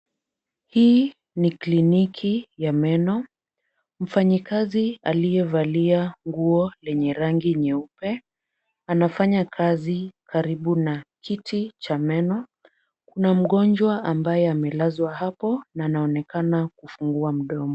Hii ni kliniki ya meno. Mfanyikazi aliye valia nguo lenye rangi nyeupe anafanya kazi karibu na kiti cha meno. Kuna mgonjwa ambaye amelazwa hapo na anaonekana kufungua mdomo.